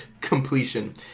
completion